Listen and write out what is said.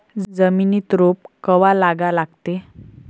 जमिनीत रोप कवा लागा लागते?